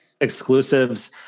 exclusives